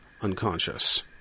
unconscious